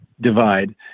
divide